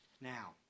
Now